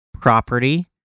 property